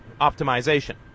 optimization